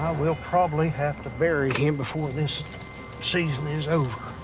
will probably have to bury him before this season is over.